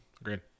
agreed